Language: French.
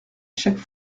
chaque